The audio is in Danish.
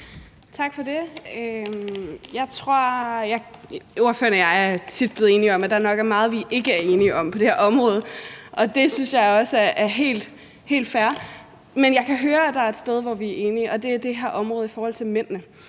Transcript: Tak for det. Ordføreren og jeg er tit blevet enige om, at der nok er meget, vi ikke er enige om på det her område, og det synes jeg også er helt fair. Men jeg kan høre, at der er et sted, hvor vi er enige, og det er på det her område i forhold til mændene.